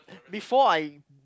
before I